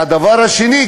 והדבר השני,